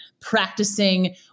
practicing